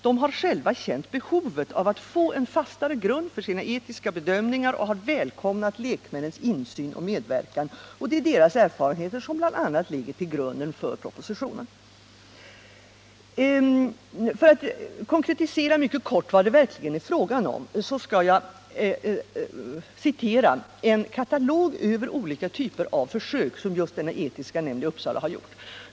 De har själva känt behovet av att få en fastare grund för sina egna etiska bedömningar och har välkomnat lekmännens insyn och medverkan. Det är deras erfarenheter som bl.a. ligger till grund för propositionen. För att mycket kort konkretisera vad det verkligen är fråga om skall jag citera ur en katalog över olika typer av försök, som just denna etiska nämnd i Uppsala har gjort.